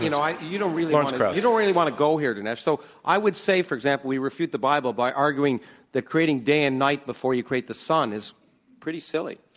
you know, you don't really want to you don't really want to go here, dinesh. so i would say, for example, we refute the bible by arguing that creating day and night before you create the sun is pretty silly.